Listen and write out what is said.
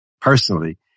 personally